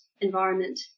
environment